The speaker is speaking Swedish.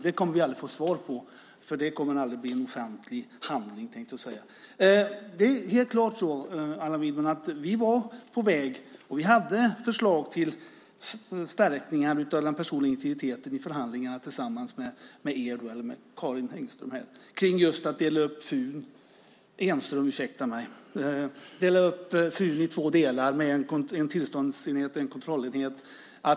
Det kommer vi aldrig att få svar på. Det kommer aldrig att bli en offentlig handling. Det är helt klart, Allan Widman, att vi var på väg. Vi hade förslag till stärkningar av den personliga integriteten i förhandlingarna tillsammans med Karin Enström här att dela upp Fun i två delar med en tillståndsenhet och en kontrollenhet.